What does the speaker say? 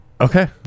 okay